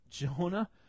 Jonah